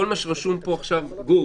גור,